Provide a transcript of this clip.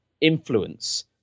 influence